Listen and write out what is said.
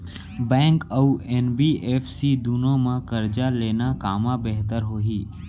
Bank अऊ NBFC दूनो मा करजा लेना कामा बेहतर होही?